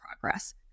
progress